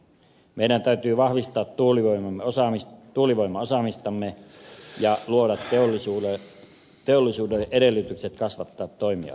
meidän täytyy vahvistaa tuulivoimaosaamistamme ja luoda teollisuudelle edellytykset kasvattaa toimialaa